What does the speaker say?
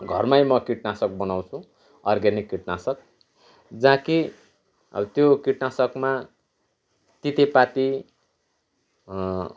घरमै म किटनाशक बनाउँछु अर्ग्यानिक किटनाशक जहाँ कि त्यो किटनाशकमा तितेपाती